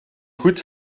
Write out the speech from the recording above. goed